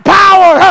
power